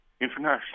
international